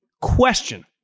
Question